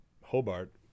Hobart